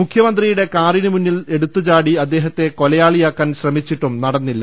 മുഖ്യമന്ത്രിയുടെ കാറിനു മുന്നിൽ എടുത്തുചാടി അദ്ദേഹത്തെ കൊലയാളിയാ ക്കാൻ ശ്രമിച്ചിട്ടും നടന്നില്ല